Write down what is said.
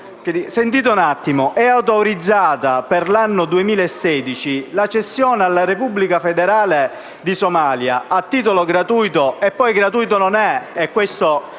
leggerlo: «È autorizzata, per l'anno 2016, la cessione alla Repubblica federale di Somalia, a titolo gratuito,» - che poi gratuito non è,